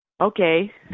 Okay